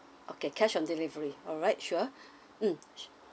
okay cash on delivery alright sure mm sure